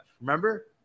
Remember